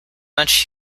much